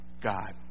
God